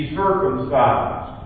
circumcised